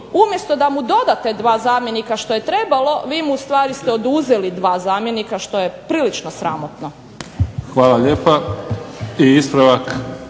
umjesto da mu dodate dva zamjenika što je trebalo, vi mu ustvari ste oduzeli dva zamjenika što je prilično sramotno. **Mimica, Neven